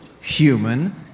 human